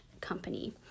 company